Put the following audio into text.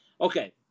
Okay